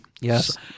Yes